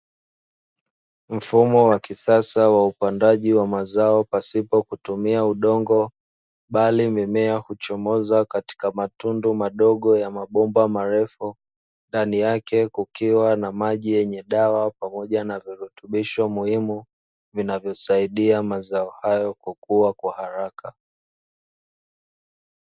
Mfumo wa kisasa wa upandaji wa mazao pasipo kutumia udongo bali mimea huchomoza katika matundu madogo ya mabomba marefu, ndani yake kukiwa na maji yenye dawa pamoja na virutubisho muhimu vinavyosaidia mazao hayo kukua kwa haraka.